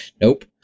nope